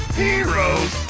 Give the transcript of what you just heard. heroes